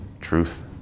truth